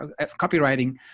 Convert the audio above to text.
copywriting